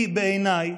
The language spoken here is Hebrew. היא בעיניי,